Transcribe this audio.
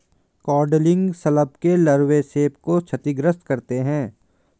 codling शलभ के लार्वे सेब को क्षतिग्रस्त करते है